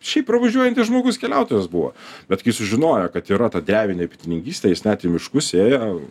šiaip pravažiuojantis žmogus keliautojas buvo bet kai sužinojo kad yra ta drevinė bitininkystė jis net į miškus ėjo